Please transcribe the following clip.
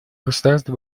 государств